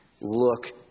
look